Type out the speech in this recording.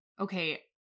okay